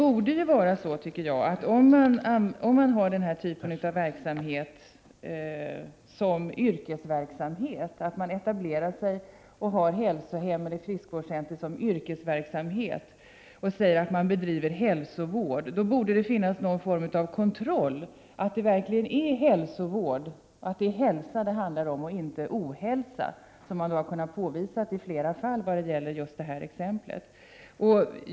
Om man etablerar sig och har ett hälsohem eller ett friskvårdscenter som yrkesverksamhet och säger att man bedriver hälsovård, då borde det finnas någon form av kontroll av att det verkligen handlar om hälsa och inte ohälsa, 35 vilket har kunnat påvisas i flera fall beträffande det aktuella exemplet.